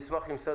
נמצאת